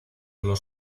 los